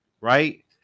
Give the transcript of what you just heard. right